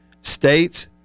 State's